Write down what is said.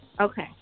okay